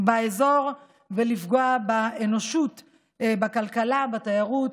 באזור ויכולות לפגוע אנושות בכלכלה ובתיירות,